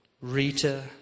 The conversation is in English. Rita